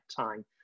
time